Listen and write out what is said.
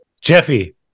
Jeffy